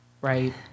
right